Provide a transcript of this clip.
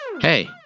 Hey